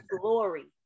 glory